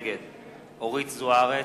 נגד אורית זוארץ,